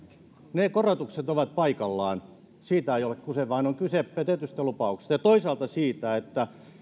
ne korotukset ovat paikallaan siitä ei ole kyse vaan on kyse petetyistä lupauksista ja toisaalta siitä että